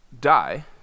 die